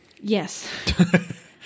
Yes